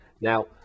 Now